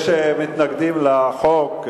יש מתנגדים לחוק.